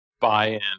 buy-in